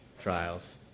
trials